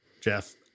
Jeff